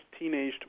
teenaged